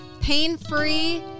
pain-free